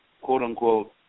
quote-unquote